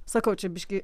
sakau čia biškį